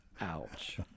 ouch